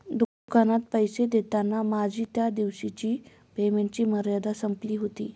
दुकानात पैसे देताना माझी त्या दिवसाची पेमेंटची मर्यादा संपली होती